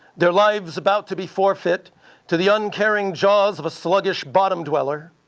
their lives about to be forfeit to the uncaring jaws of a sluggish bottom dweller,